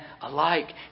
alike